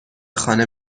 خانه